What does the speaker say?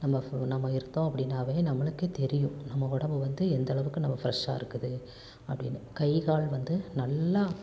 நம்ம நம்ம இருந்தோம் அப்படினாவே நம்மளுக்கு தெரியும் நம்ம உடம்பு வந்து எந்த அளவுக்கு ஃபிரெஷ்ஷாக இருக்குது அப்படினு கை கால் வந்து நல்லா